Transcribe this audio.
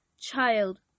child